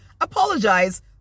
apologize